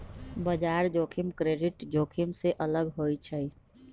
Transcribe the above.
बजार जोखिम क्रेडिट जोखिम से अलग होइ छइ